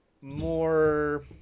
more